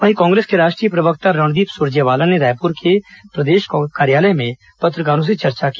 वहीं कांग्रेस के राष्ट्रीय प्रवक्ता रणदीप सुरजेवाला ने रायपुर के प्रदेश कार्यालय में पत्रकारों से चर्चा की